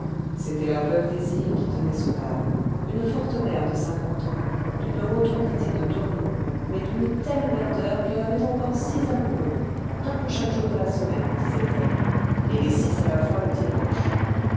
c'était la veuve désir qui tenait ce bal une forte mère de cinquante ans d'une rotondité de tonneau mais d'une telle verdeur qu'elle avait encore six amoureux un pour chaque jour de la semaine disait-elle et les six à la fois le dimanche